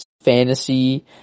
fantasy